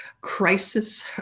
crisis